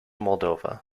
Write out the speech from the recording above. moldova